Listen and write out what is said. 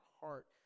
heart